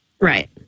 Right